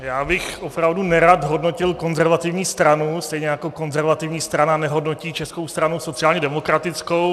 Já bych opravdu nerad hodnotil konzervativní stranu, stejně jako konzervativní strana nehodnotí Českou stranu sociálně demokratickou.